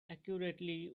accurately